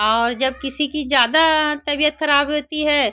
और जब किसी की ज़्यादा तबीयत ख़राब होती है तो